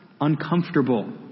uncomfortable